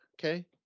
okay